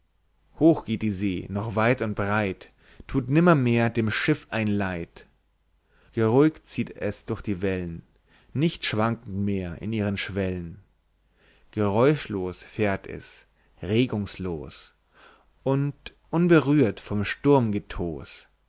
hoch geht die see noch weit und breit thut nimmermehr dem schiff ein leid geruhig zieht es durch die well'n nicht schwankend mehr in ihrem schwell'n geräuschlos fährt es regungslos und unberührt vom sturmgetos